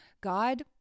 God